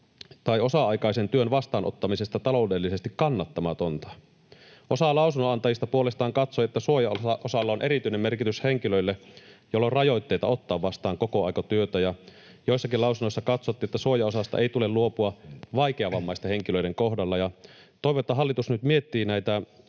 tai osa-aikaisen työn vastaanottamisesta taloudellisesti kannattamatonta. Osa lausunnonantajista puolestaan katsoi, että suojaosalla on erityinen merkitys henkilöille, joilla on rajoitteita ottaa vastaan kokoaikatyötä, ja joissakin lausunnoissa katsottiin, että suojaosasta ei tule luopua vaikeavammaisten henkilöiden kohdalla. Toivon, että hallitus nyt miettii tätä